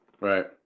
right